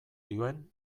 dioen